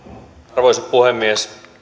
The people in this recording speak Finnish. arvoisa puhemies